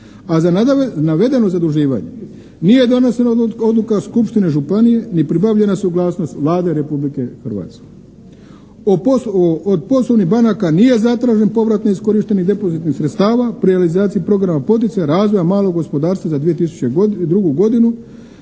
a za navedeno zaduživanje nije donesena odluka skupštine županije ni pribavljena suglasnost Vlade Republike Hrvatske. Od poslovnih banaka nije zatražen povrat neiskorištenih depozitnih sredstava pri realizaciji programa poticaja razvoja malog gospodarstva za 2002. godinu,